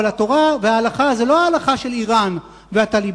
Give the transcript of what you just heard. אבל התורה וההלכה זה לא ההלכה של אירן וה"טליבאן",